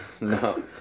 No